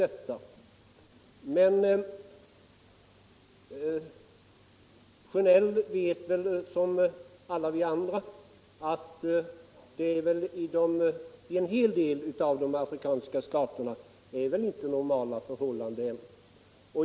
Men herr Sjönell vet lika bra som alla vi andra att det i en hel del av de afrikanska staterna inte råder normala förhållanden.